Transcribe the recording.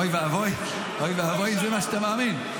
אוי ואבוי אם זה מה שאתה מאמין.